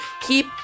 keep